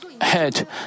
head